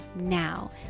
now